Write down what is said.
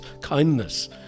kindness